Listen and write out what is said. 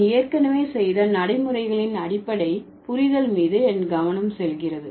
நான் ஏற்கனவே செய்த நடைமுறைகளின் அடிப்படை புரிதல் மீது என் கவனம் செல்கிறது